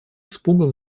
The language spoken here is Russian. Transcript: испуга